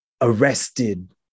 arrested